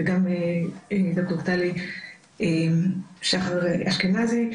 וגם ד"ר טלי שחר אשכנזי.